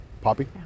Poppy